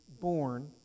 born